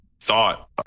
thought